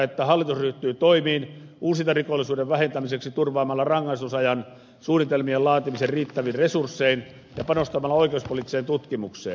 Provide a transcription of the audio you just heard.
että hallitus ryhtyy toimiin uusintarikollisuuden vähentämiseksi turvaamalla rangaistusajan suunnitelmien laatimisen riittävin resurssein ja panostamalla oikeuspoliittiseen tutkimukseen